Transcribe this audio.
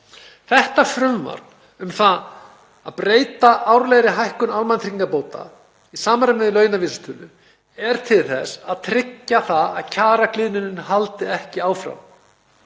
Þetta frumvarp um það að breyta árlegri hækkun almannatryggingabóta í samræmi við launavísitölu er til þess að tryggja að kjaragliðnunin haldi ekki áfram.